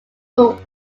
but